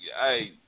hey